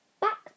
back